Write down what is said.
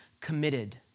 committed